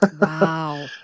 Wow